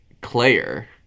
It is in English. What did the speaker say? Claire